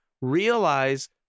realize